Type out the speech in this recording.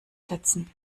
setzen